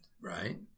right